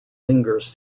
lingers